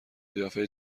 قیافه